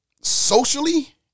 socially